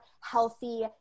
healthy